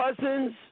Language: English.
cousins